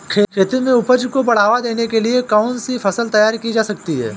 खेती में उपज को बढ़ावा देने के लिए कौन सी फसल तैयार की जा सकती है?